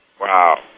Wow